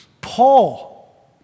Paul